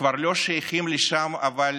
כבר לא שייכים לשם, אבל